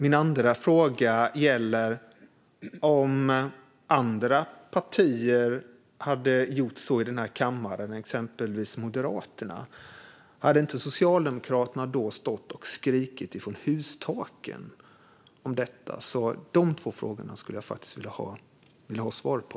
Min andra fråga är: Om andra partier, exempelvis Moderaterna, hade gjort så här i kammaren, hade inte Socialdemokraterna då stått och skrikit från hustaken om detta? Dessa två frågor skulle jag vilja ha svar på.